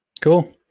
Cool